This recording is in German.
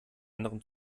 anderen